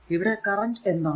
ഇവിടെ കറന്റ് എന്താണ്